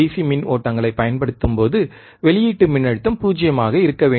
C மின் ஓட்டங்களைப் பயன்படுத்தும்போது வெளியீட்டு மின்னழுத்தம் 0 ஆக இருக்க வேண்டும்